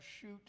shoot